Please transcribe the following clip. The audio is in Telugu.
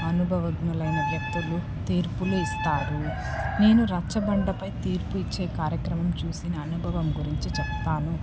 అనుభవజ్ఞులైన వ్యక్తులు తీర్పులు ఇస్తారు నేను రచ్చబండపై తీర్పు ఇచ్చే కార్యక్రమం చూసిన అనుభవం గురించి చెప్తాను